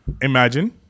Imagine